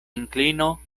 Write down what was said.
inklino